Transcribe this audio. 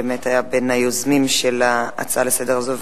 שבאמת היה בין היוזמים של ההצעה לסדר-היום הזאת.